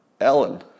Ellen